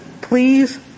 please